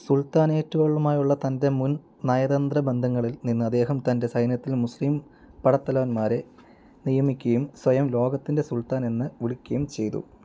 സുൽത്താനേറ്റുകളുമായുള്ള തന്റെ മുൻ നയതന്ത്രബന്ധങ്ങളിൽ നിന്ന് അദ്ദേഹം തന്റെ സൈന്യത്തിൽ മുസ്ലീം പടത്തലവന്മാരെ നിയമിക്കുകയും സ്വയം ലോകത്തിന്റെ സുൽത്താൻ എന്ന് വിളിക്കുകയും ചെയ്തു